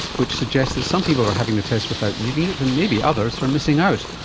which suggests that some people are having the test without needing it and maybe others are missing out.